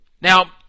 Now